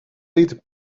did